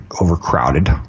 overcrowded